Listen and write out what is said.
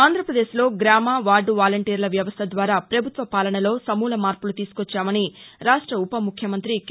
ఆంధ్రప్రదేశ్లో గ్రామ వార్డ వలంటీర్ల వ్యవస్ట ద్వారా ప్రభుత్వ పాలనలో సమూల మార్పులు తీసుకొచ్చామని రాష్ట్ర ఉపముఖ్యమంత్రి కె